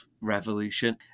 revolution